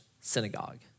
synagogue